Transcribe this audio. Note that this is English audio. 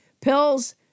pills